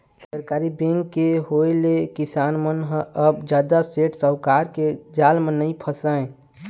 सहकारी बेंक के होय ले किसान मन ह अब जादा सेठ साहूकार के जाल म नइ फसय